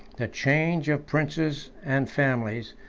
the change of princes and families,